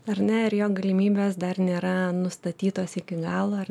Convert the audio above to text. ar ne ir jo galimybės dar nėra nustatytos iki galo ar